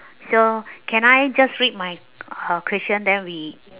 so can I just read my uh question then we